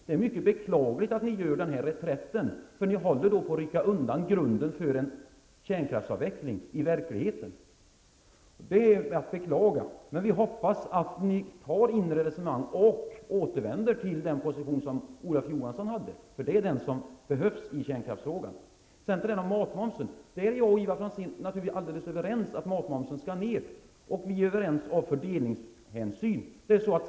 Det är mycket beklagligt med den reträtt ni gör, för ni håller då på att rycka undan grunden för en kärnkraftsavveckling i verkligheten. Det är att beklaga, men vi hoppas att ni tar ett internt resonemang och återvänder till den position som Olof Johansson hade, för det är den som behövs i kärnkraftsfrågan. Sedan till det här med matmomsen. Ivar Franzén och jag är helt överens om att matmomsen skall ner, och vi är överens av fördelningshänsyn.